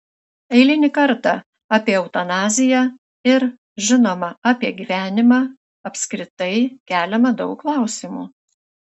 eilinį kartą apie eutanaziją ir žinoma apie gyvenimą apskritai keliama daug klausimų